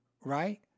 right